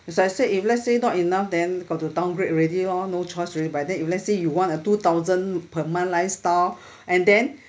as I said if let's say not enough then got to downgrade already lor no choice already but then if let's say you want a two thousand per month lifestyle and then